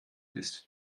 bist